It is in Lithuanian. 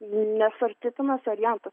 nesvarstytinas variantas